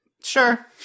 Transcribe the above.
sure